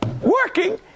working